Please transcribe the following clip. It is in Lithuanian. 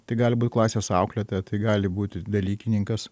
tai gali būt klasės auklėtoja tai gali būti dalykininkas